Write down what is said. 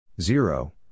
Zero